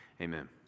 amen